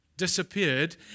disappeared